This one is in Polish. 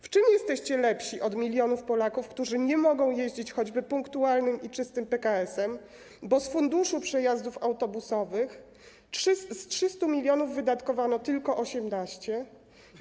W czym jesteście lepsi od milionów Polaków, którzy nie mogą jeździć choćby punktualnym i czystym PKS-em, bo z funduszu przejazdów autobusowych z 300 mln wydatkowano tylko 18 mln?